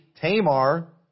Tamar